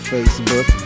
Facebook